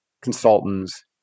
consultants